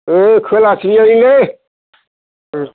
ओइ खोलाथिंजायनिलै ओ